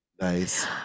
Nice